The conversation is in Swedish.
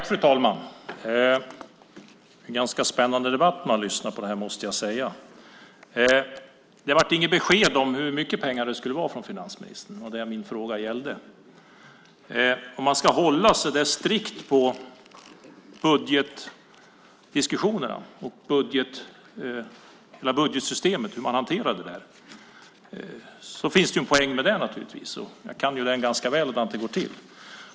Fru talman! Det är en ganska spännande debatt att lyssna på, måste jag säga. Det blev inget besked från finansministern om hur mycket pengar det skulle vara. Det var det min fråga gällde. Det finns naturligtvis en poäng med att hålla strikt på budgetdiskussionerna och hur man hanterar budgetsystemet. Jag vet ganska väl hur det går till.